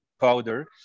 powder